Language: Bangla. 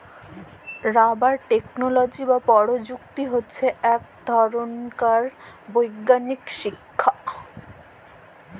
রাবার টেকলোলজি বা পরযুক্তি হছে ইকট ধরলকার বৈগ্যালিক শিখ্খা